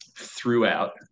throughout